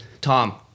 Tom